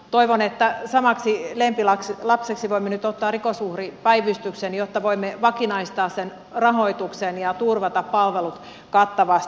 toivon että samanlaiseksi lempilapseksi voimme nyt ottaa rikosuhripäivystyksen jotta voimme vakinaistaa sen rahoituksen ja turvata palvelut kattavasti